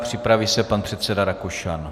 Připraví se pan předseda Rakušan.